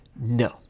No